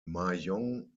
mahjong